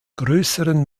größeren